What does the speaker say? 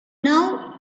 now